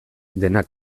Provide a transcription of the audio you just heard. dena